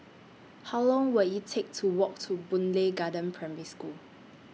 How Long Will IT Take to Walk to Boon Lay Garden Primary School